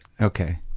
Okay